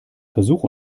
versuch